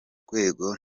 rwego